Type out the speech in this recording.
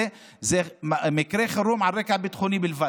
זה מקרה חירום על רקע ביטחוני בלבד.